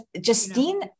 Justine